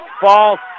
False